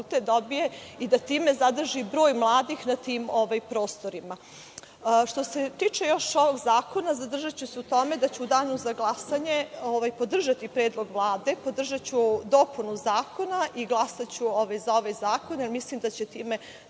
dobije i da time zadrži broj mladih na tim prostorima. Što se tiče još ovog zakona, zadržaću se u tome da ću u danu za glasanje podržati predlog Vlade, podržaću dopunu zakona i glasaću za ovaj zakon, jer mislim da će